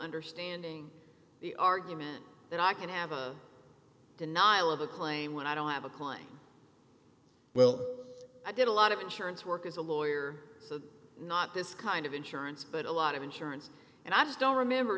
understanding the argument that i can have a denial of a claim when i don't have a client well i did a lot of insurance work as a lawyer so not this kind of insurance but a lot of insurance and i just don't remember